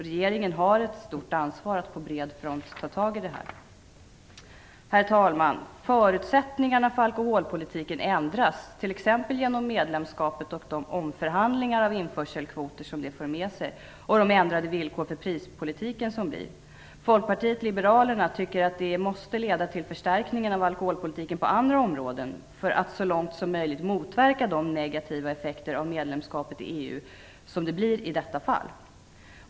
Regeringen har ett stort ansvar för att på bred front ta tag i det här. Herr talman! Förutsättningarna för alkoholpolitiken ändras, t.ex. genom medlemskapet och de omförhandlingar av införselkvoter som det för med sig och genom de ändrade villkor för prispolitiken som uppstår. Folkpartiet liberalerna tycker att detta måste leda till förstärkningar av alkoholpolitiken på andra områden för att så långt som möjligt motverka dessa negativa effekter av medlemskapet i EU.